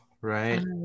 right